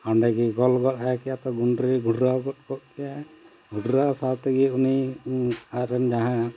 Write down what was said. ᱚᱸᱰᱮ ᱜᱮ ᱜᱚᱞ ᱜᱚᱫ ᱟᱭᱠᱮᱭᱟ ᱛᱚ ᱜᱩᱸᱰᱨᱤ ᱜᱷᱩᱰᱨᱟᱹᱣ ᱜᱚᱫ ᱠᱚᱜ ᱠᱮᱭᱟᱭ ᱜᱷᱩᱰᱨᱟᱹᱣ ᱥᱟᱶ ᱛᱮᱜᱮ ᱩᱱᱤ ᱟᱡᱨᱮᱱ ᱡᱟᱦᱟᱸᱭ